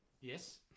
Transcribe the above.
Yes